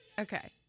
okay